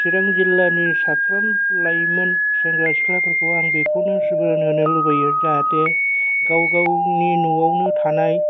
चिरां जिल्लानि साफ्रोम लाइमोन सेंग्रा सिख्लाफोरखौ आं बेखौनो सुबुरुन होनो लुगैयो जाहाथे गावबागावनि न'आवनो थानाय